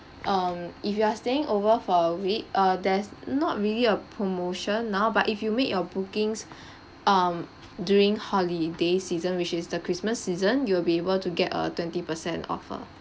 um if you are staying over for a week uh there's not really a promotion now but if you make your bookings um during holiday season which is the christmas season you will be able to get a twenty percent offer